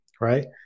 right